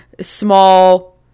small